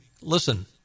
listen